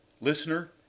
Listener